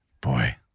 Boy